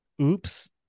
oops